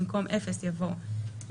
במקום "0" יבוא "1,400".